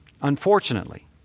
unfortunately